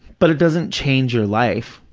but it doesn't change your life.